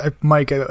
Mike